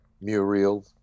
Muriel